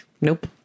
nope